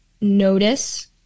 notice